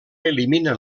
eliminen